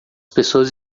pessoas